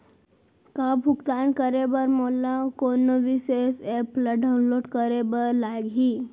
का भुगतान करे बर मोला कोनो विशेष एप ला डाऊनलोड करे बर लागही